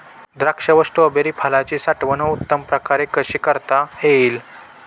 द्राक्ष व स्ट्रॉबेरी फळाची साठवण उत्तम प्रकारे कशी करता येईल?